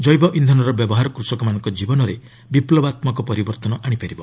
ଜୈବ ଇନ୍ଧନର ବ୍ୟବହାର କୃଷକମାନଙ୍କ ଜୀବନରେ ବିପ୍ଳବାତ୍ମକ ପରିବର୍ତ୍ତନ ଆଣିପାରିବ